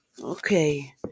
Okay